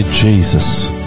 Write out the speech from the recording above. Jesus